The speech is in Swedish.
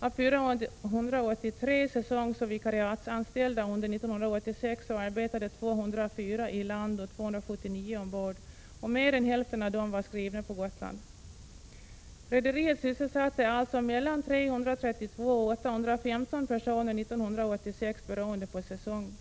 Av 483 säsongsoch vikariatsanställda under 1986 arbetade 204 i land och 279 ombord, och mer än hälften av dem var skrivna på Gotland. Rederiet sysselsatte alltså mellan 332 och 815 personer 1986, beroende på säsong.